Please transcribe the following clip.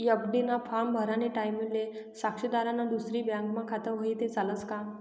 FD ना form भरानी टाईमले साक्षीदारनं दुसरी बँकमा खातं व्हयी ते चालस का